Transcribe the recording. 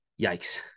yikes